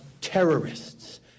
terrorists